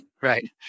Right